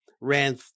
ran